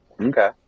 Okay